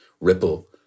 ripple